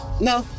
No